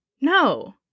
No